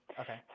Okay